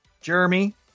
jeremy